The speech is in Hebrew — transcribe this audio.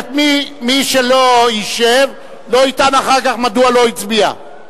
מי שלא ישב, לא יטען אחר כך מדוע לא הצביע.